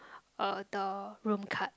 uh the room card